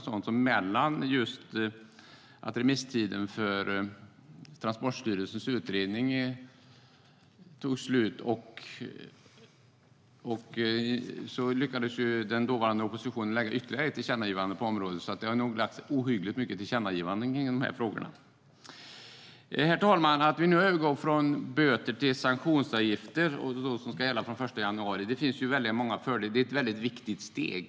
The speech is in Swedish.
Efter remisstidens slut när det gällde Transportstyrelsens utredning lyckades ju den dåvarande oppositionen skapa majoritet för ytterligare ett tillkännagivande på området. Så det är ohyggligt många tillkännagivanden i den här frågan. Herr talman! Man går nu över från böter till sanktionsavgifter den 1 januari 2015, och det finns många fördelar med det. Det är ett väldigt viktigt steg.